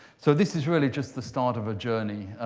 so this is really just the start of a journey.